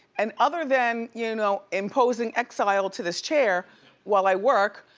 and other than you know imposing exile to this chair while i work,